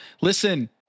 Listen